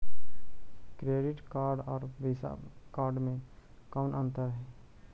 Credit card और Visa card मे कौन अन्तर है?